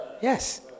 Yes